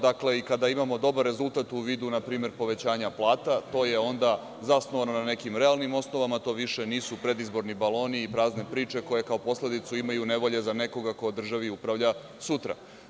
Dakle, kada imamo dobar rezultat u vidu npr. povećanja plata, to je onda zasnovano na nekim realnim osnovama, to više nisu predizborni baloni i prazne priče koje kao posledicu imaju nevolje za nekoga ko o državi upravlja sutra.